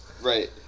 Right